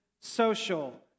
social